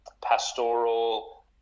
pastoral